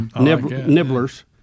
Nibblers